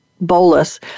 Bolus